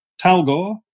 Talgor